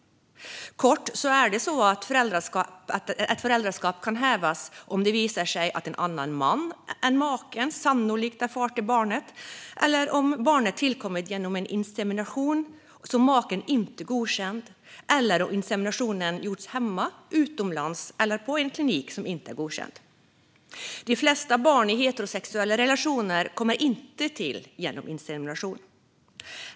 Kort sagt är det så att ett föräldraskap kan hävas om det visar sig att en annan man än maken sannolikt är far till barnet, om barnet tillkommit genom en insemination som maken inte godkänt eller om inseminationen gjorts hemma, utomlands eller på en klinik som inte är godkänd. De flesta barn i heterosexuella relationer kommer inte till genom insemination.